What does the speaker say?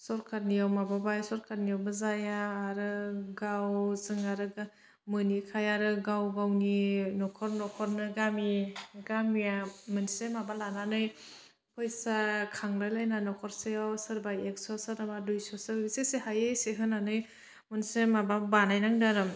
सरखानियाव माबाबाय सरखारनियावबो जाया आरो गावजों आरो मोनैखाय आरो गाव गावनि नखर नखरनो गामि गामिया मोनसे माबा लानानै फैसा खांलाय लायना नखरसेआव सोरबा एख्स सोरबा दुइस'सो जेसे हायो एसे होनानै मोनसे माबा बानायनांदों आरो